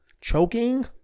choking